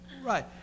right